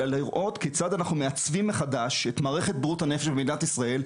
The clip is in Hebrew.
אלא לראות כיצד אנחנו מעצבים מחדש את מערכת בריאות הנפש במדינת ישראל,